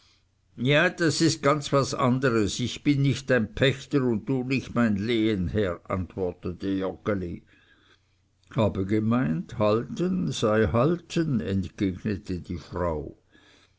ja das ist was ganz anderes sagte joggeli ich bin nicht dein pächter und du nicht mein lehenherr antwortete joggeli habe gemeint halten sei halten entgegnete die frau